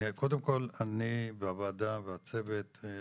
קודם כל אני, הוועדה והצוות,